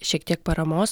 šiek tiek paramos